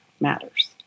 matters